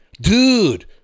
dude